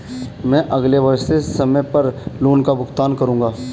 मैं अगले वर्ष से समय पर लोन का भुगतान करूंगा